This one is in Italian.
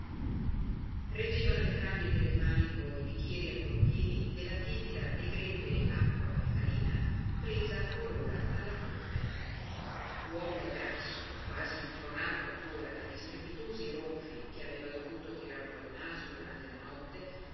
reggevano entrambi per il manico i bicchieri ancor pieni della tepida e greve acqua alcalina presa or ora alla fonte l'uomo grasso quasi intronato ancora dagli strepitosi ronfi che aveva dovuto tirar col naso durante la notte